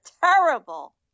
terrible